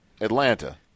Atlanta